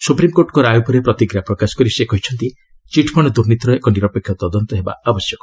ସୁପ୍ରିମକୋର୍ଟଙ୍କ ରାୟ ଉପରେ ପ୍ରତିକ୍ରିୟା ପ୍ରକାଶ କରି ସେ କହିଛନ୍ତି ଚିଟ୍ଫଣ୍ଡ ଦୁର୍ନୀତିର ଏକ ନିରପେକ୍ଷ ତଦନ୍ତ ହେବା ଆବଶ୍ୟକ